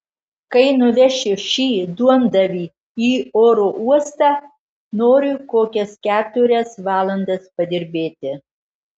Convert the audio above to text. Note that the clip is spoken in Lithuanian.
kai nuvešiu šį duondavį į oro uostą noriu kokias keturias valandas padirbėti